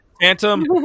phantom